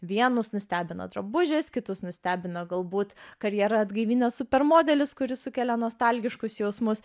vienus nustebino drabužiais kitus nustebino galbūt karjerą atgaivinęs super modelis kuris sukelia nostalgiškus jausmus